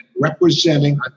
representing